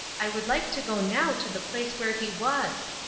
i would like to go now to the place where he was.